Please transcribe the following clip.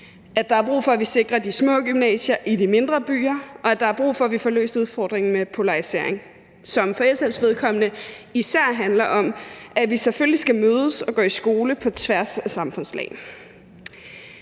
er. Der er brug for, at vi sikrer de små gymnasier i de mindre byer, og der er brug for, at vi får løst udfordringen med polarisering, som for SF's vedkommende især handler om, at vi selvfølgelig skal mødes og gå i skole på tværs af samfundslag.